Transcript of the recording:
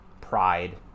pride